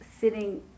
sitting